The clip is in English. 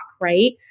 right